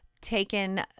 taken